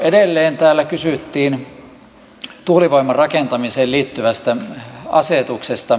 edelleen täällä kysyttiin tuulivoiman rakentamiseen liittyvästä asetuksesta